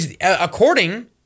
according